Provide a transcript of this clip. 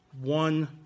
one